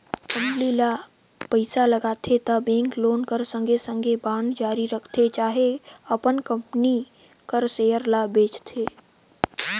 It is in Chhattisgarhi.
कंपनी ल पइसा लागथे त बेंक लोन कर संघे संघे बांड जारी करथे चहे अपन कंपनी कर सेयर ल बेंचथे